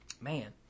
man